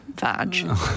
vag